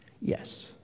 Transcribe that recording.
Yes